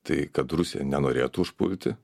tai kad rusija nenorėtų užpulti